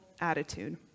attitude